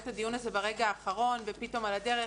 את הדיון הזה ברגע האחרון ופתאום על הדרך.